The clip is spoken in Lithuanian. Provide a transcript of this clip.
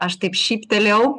aš taip šyptelėjau